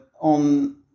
on